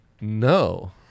no